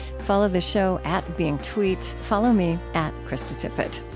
follow the show at beingtweets. follow me at kristatippett.